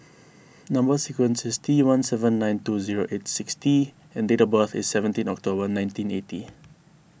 Number Sequence is T one seven nine two zero eight six T and date of birth is seventeen October nineteen eighty